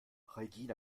regine